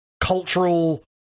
cultural